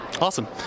Awesome